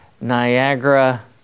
Niagara